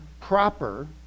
proper